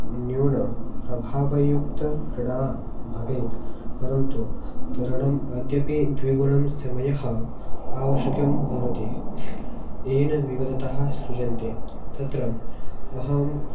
न्यूनप्रभावयुक्तक्रीडा भवेत् परन्तु तरणम् अद्यापि द्विगुणं समयः आवश्यकं भवति येन विवरतः सृजन्ति तत्र अहं